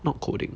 not coding